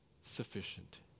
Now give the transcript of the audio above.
sufficient